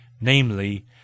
namely